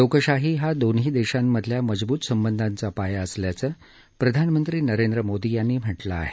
लोकशाही हा दोन्ही देशांमधल्या मजबूत संबंधांचा पाया असल्याचं प्रधानमंत्री नरेंद्र मोदी यांनी म्हटलं आहे